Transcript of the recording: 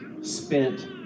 spent